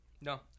No